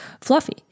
fluffy